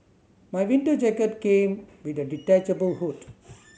my winter jacket came with a detachable hood